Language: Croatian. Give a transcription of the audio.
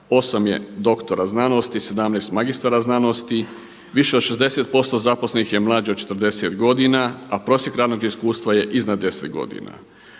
8 je doktora znanosti, 17 magistara znanosti, više od 60% zaposlenih je mlađe od 40 godina, a prosjek radnog iskustva je iznad 10 godina.